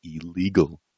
illegal